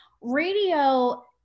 Radio